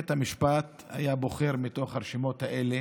ובית המשפט היה בוחר מתוך הרשימות האלה